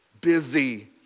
busy